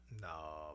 no